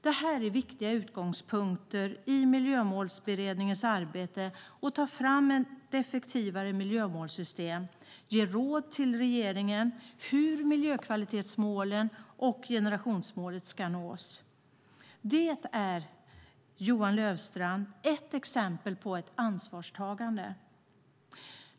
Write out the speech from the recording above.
Det här är viktiga utgångspunkter i Miljömålsberedningens arbete med att ta fram ett effektivare miljömålssystem och ge råd till regeringen om hur miljökvalitetsmålen och generationsmålet ska nås. Det är, Johan Löfstrand, ett exempel på ett ansvarstagande.